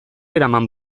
eraman